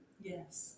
yes